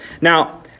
Now